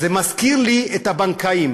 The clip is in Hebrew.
זה מזכיר לי את הבנקאים.